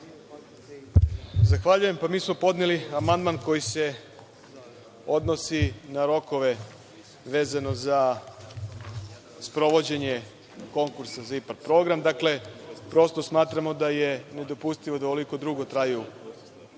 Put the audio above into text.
Zahvaljujem. Mi smo podneli amandman koji se odnosi na rokove vezano za sprovođenje konkursa za IPARD program. Dakle, prosto smatramo da je nedopustivo da ovoliko dugo traju